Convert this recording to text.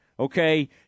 Okay